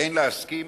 אין להסכים